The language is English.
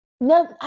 no